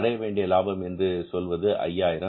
அடைய வேண்டிய லாபம் என்று சொல்வது ரூபாய் 5000